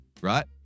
right